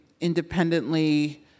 independently